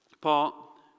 Paul